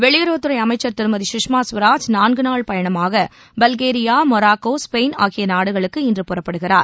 வெளியுறவுத்துறை அமைச்சர் திருமதி சுஷ்மா ஸ்வராஜ் நான்கு நாள் பயணமாக பல்கேரியா மொராக்கோ ஸ்பெயின் ஆகிய நாடுகளுக்கு இன்று புறப்படுகிறார்